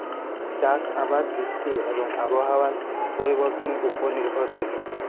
চাষ আবাদ বৃষ্টি এবং আবহাওয়ার পরিবর্তনের উপর নির্ভরশীল